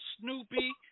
Snoopy